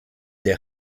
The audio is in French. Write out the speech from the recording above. des